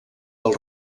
del